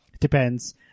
Depends